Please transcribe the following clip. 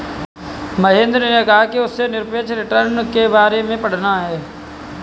महेंद्र ने कहा कि उसे निरपेक्ष रिटर्न के बारे में पढ़ना है